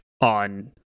on